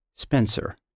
Spencer